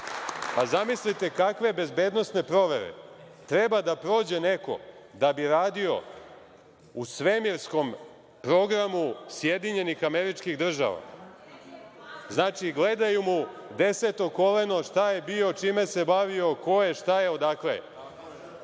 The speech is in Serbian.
Zamislite kakve bezbednosne provere treba da prođe neko da bi radio u svemirskom programu SAD. Znači, gledaju mu deseto koleno, šta je bio, čime se bavio, ko je, šta je, odakle